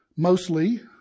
Mostly